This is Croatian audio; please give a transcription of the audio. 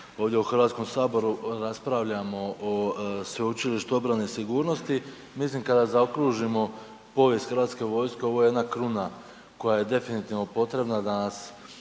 ovdje u Hrvatskom saboru raspravljamo o Sveučilištu obrane i sigurnosti. Mislim kada zaokružimo povijest Hrvatske vojske, ovo je jedna kruna koja je definitivno potrebna da nas